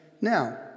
Now